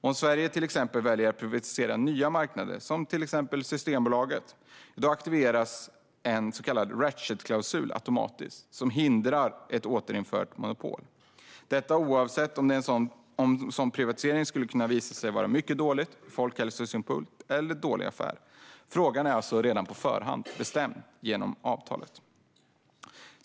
Om Sverige till exempel väljer att privatisera nya marknader, till exempel Systembolaget, aktiveras automatiskt en så kallad ratchetklausul, som hindrar ett återinfört monopol, detta oavsett om en sådan privatisering skulle kunna visa sig vara mycket dålig ur folkhälsosynpunkt eller vara en dålig affär. Frågan är alltså bestämd redan på förhand genom avtalet.